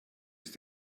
ist